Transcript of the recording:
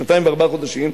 שנתיים וארבעה חודשים,